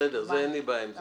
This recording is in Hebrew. בסדר, אין לי בעיה עם זה.